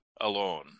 alone